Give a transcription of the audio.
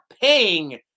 paying